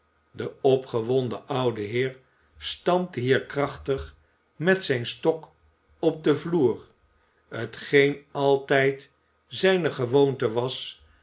de opgewonden oude heer stampte hier krachtig met zijn stok op den vloer t geen altijd zijne gewoonte was